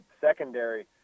secondary